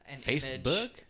facebook